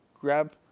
grab